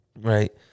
Right